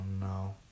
no